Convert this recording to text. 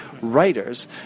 writers